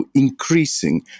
increasing